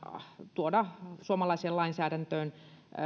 tuoda suomalaiseen lainsäädäntöön